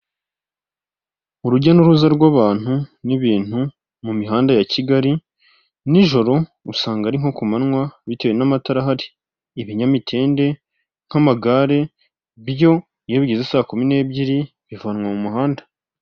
Urujya n'uruza rw'abantu n'ibintu mu mihanda ya Kigali nijoro usanga ari nko ku manywa bitewe n'amatara ahari ibinyamitende nk'amagare byo iyo bigeze saa kumi n'ebyiri bivanwa mu muhanda.